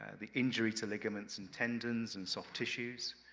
and the injury to ligaments and tendons and soft tissues,